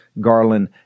Garland